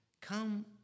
Come